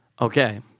Okay